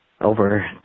over